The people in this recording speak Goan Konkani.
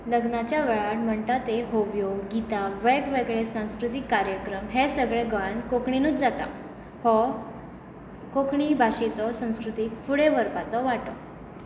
लग्नाच्या वेळार म्हणटा ते होवयो गीता वेगवेगळे संस्कृतीक कार्यक्रम हे सगळें गोंयान कोंकणीनूच जाता हो कोंकणी भाशेचो संस्कृतीक फुडें व्हरपाचो वांटो